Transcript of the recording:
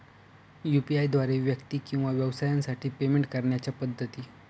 UPI द्वारे व्यक्ती किंवा व्यवसायांसाठी पेमेंट करण्याच्या पद्धती